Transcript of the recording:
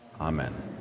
Amen